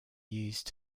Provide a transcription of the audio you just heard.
used